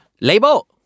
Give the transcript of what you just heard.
Label